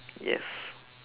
yes